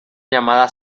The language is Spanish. llamada